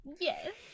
Yes